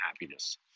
happiness